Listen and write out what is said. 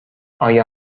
آیا